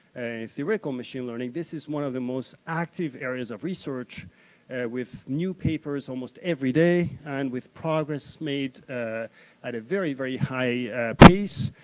theoretical machine learning this is one of the most active areas of research with new papers almost every day and with progress made ah at a very, very high pace,